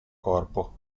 corpo